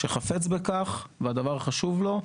שחפץ בכך והדבר חשוב לו,